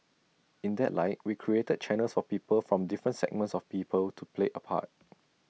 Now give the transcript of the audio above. in that light we created channels for people from different segments of people to play A part